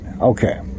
Okay